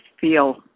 feel